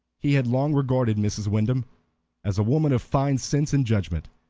he had long regarded mrs. wyndham as a woman of fine sense and judgment,